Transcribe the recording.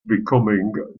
becoming